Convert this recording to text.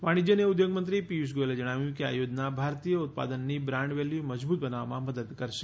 વાણિજ્ય અને ઉદ્યોગમંત્રી પિયુષ ગોયલે જણાવ્યું કે આ યોજના ભારતીય ઉત્પાદનની બ્રાન્ડ વેલ્યુ મજબૂત બનાવવામાં મદદ કરશે